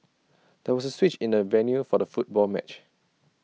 there was A switch in the venue for the football match